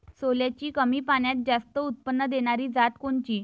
सोल्याची कमी पान्यात जास्त उत्पन्न देनारी जात कोनची?